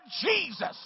Jesus